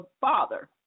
father